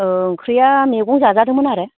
ओंख्रिया मैगं जाजादोंमोन आरो